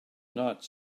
not